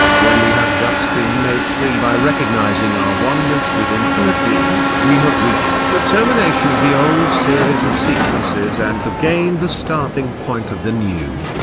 when we have thus been made free by recognising our oneness with infinite being, we have reached the termination of the old series of sequences and have gained the starting-point of the new.